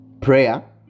Prayer